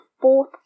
fourth